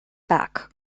back